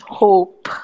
hope